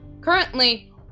Currently